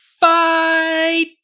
Fight